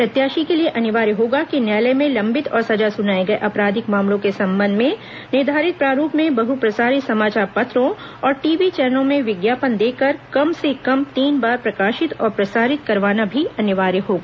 प्रत्याशी के लिए अनिवार्य होगा कि न्यायालय में लंबित और सजा सुनाए गए आपराधिक मामलों के संबंध में निर्धारित प्रारूप में बहुप्रसारित समाचार पत्रों और टीवी चैनलों में विज्ञापन देकर कम से कम तीन बार प्रकाशित और प्रसारित करवाना भी अनिवार्य होगा